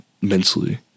mentally